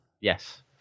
Yes